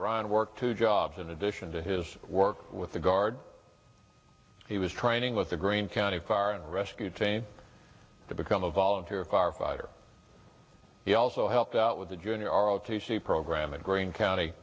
ryan worked two jobs in addition to his work with the guard he was training with the green county fire and rescue team to become a volunteer firefighter he also helped out with the junior o t c program a green county